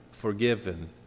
forgiven